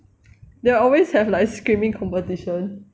they always have like screaming competition